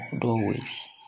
doorways